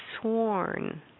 sworn